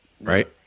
right